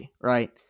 right